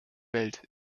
welt